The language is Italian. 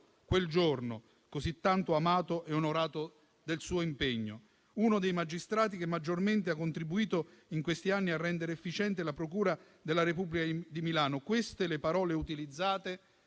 quel giorno, così tanto amato e onorato del suo impegno. «Uno dei magistrati che maggiormente ha contribuito in questi anni a rendere efficiente la procura della Repubblica di Milano»; queste le parole utilizzate